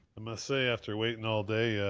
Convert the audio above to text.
i must say after waiting all day,